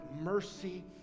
mercy